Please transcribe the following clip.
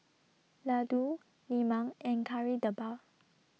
Laddu Lemang and Kari Debal